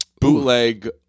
bootleg